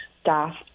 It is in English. staff